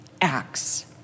acts